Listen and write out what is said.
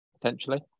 potentially